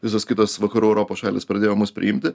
visos kitos vakarų europos šalys pradėjo mus priimti